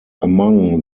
among